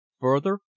Further